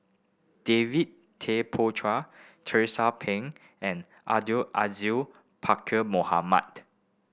David Tay Poey Char Tracie Pang and Abdul Aziz Pakkeer Mohamed